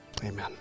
Amen